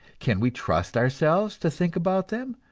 can we trust ourselves to think about them,